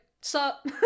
sup